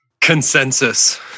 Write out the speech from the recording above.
consensus